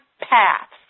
paths